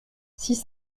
six